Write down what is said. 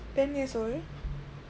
ten years old